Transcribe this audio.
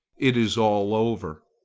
it is all over.